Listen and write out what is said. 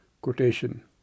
Quotation